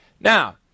now